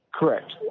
Correct